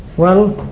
well,